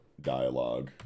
dialogue